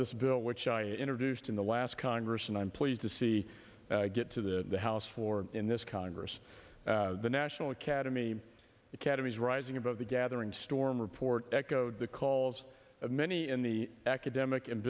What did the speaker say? this bill which i introduced in the last congress and i'm pleased to see get to the house floor in this congress the national academy academies rising above the gathering storm report echoed the calls of many in the academic and